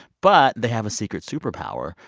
but they have a secret superpower,